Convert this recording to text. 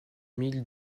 mille